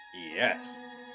Yes